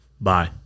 Bye